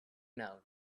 known